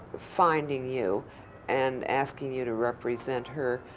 finding you and asking you to represent her.